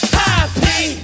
happy